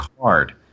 card